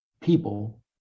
people